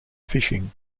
fishing